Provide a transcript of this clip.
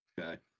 Okay